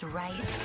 right